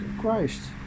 Christ